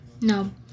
no